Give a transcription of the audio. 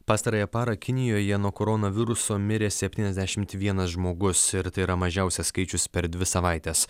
pastarąją parą kinijoje nuo koronaviruso mirė septyniasdešimt vienas žmogus ir tai yra mažiausias skaičius per dvi savaites